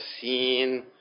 seen